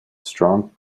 strong